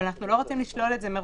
אבל אנחנו לא רוצים לשלול את זה מראש,